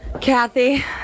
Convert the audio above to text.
kathy